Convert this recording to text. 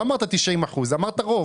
אבל לא אמרת 90%. אמרת "רוב".